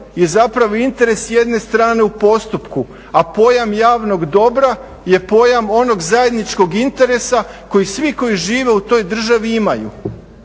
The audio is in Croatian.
je zapravo interes jedne strane u postupku, a pojam javnog dobra je pojam onog zajedničkog interesa koji svi koji žive u toj državi imaju.